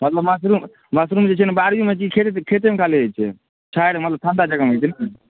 हँ तऽ mushroom mushroom जे छै ने बाड़ीमे कि खेत खेतेमे खाली होइ छै छाहरिमे ठंडा जगहमे होइ छै नहि